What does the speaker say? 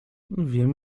wiem